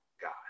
God